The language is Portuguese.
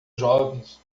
jovens